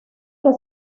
que